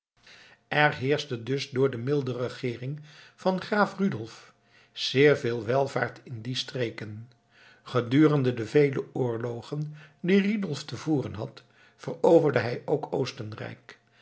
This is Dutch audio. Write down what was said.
er heerschte dus door de milde regeering van graaf rudolf zeer veel welvaart in die streken gedurende de vele oorlogen die rudolf te voeren had veroverde hij ook oostenrijk